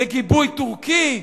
בגיבוי טורקי.